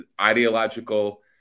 ideological